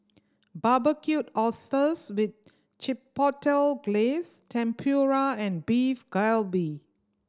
Barbecued Oysters with Chipotle Glaze Tempura and Beef Galbi